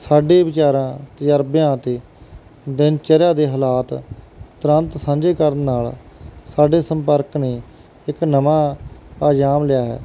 ਸਾਡੇ ਵਿਚਾਰਾਂ ਤਜ਼ਰਬਿਆਂ ਅਤੇ ਦਿਨਚਰਿਆ ਦੇ ਹਾਲਾਤ ਤੁਰੰਤ ਸਾਂਝੇ ਕਰਨ ਨਾਲ ਸਾਡੇ ਸੰਪਰਕ ਨੇ ਇੱਕ ਨਵਾਂ ਅੰਜਾਮ ਲਿਆ ਹੈ